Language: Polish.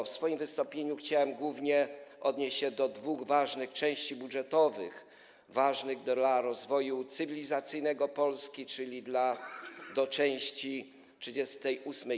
W swoim wystąpieniu chciałem głównie odnieść się do dwóch ważnych części budżetowych, ważnych dla rozwoju cywilizacyjnego Polski, czyli do części 38: